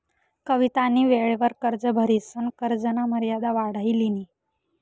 कवितानी वेळवर कर्ज भरिसन कर्जना मर्यादा वाढाई लिनी